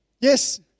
yes